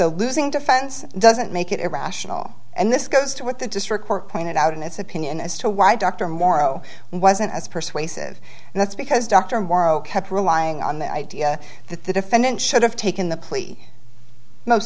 a losing defense doesn't make it irrational and this goes to what the district court pointed out in its opinion as to why dr morrow wasn't as persuasive and that's because dr morrow kept relying on the idea that the defendant should have taken the plea most